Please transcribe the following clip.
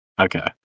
Okay